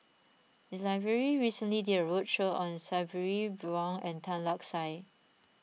the library recently did a roadshow on Sabri Buang and Tan Lark Sye